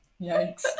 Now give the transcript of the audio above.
Yikes